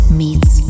meets